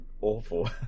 awful